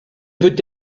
peut